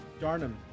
Darnum